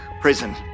prison